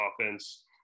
offense –